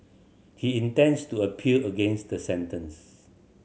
he intends to appeal against the sentence